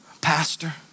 pastor